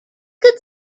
could